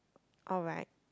oh right